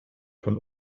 von